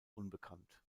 unbekannt